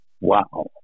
Wow